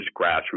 grassroots